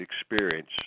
experience